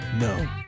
No